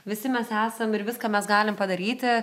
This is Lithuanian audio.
visi mes esam ir viską mes galim padaryti